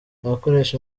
abakoresha